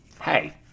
hey